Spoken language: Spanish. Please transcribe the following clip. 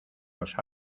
los